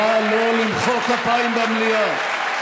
נא לא למחוא כפיים במליאה.